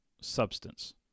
Substance